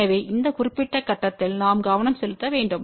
எனவே இந்த குறிப்பிட்ட கட்டத்தில் நாம் கவனம் செலுத்த வேண்டும்